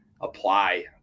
apply